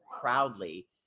proudly